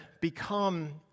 become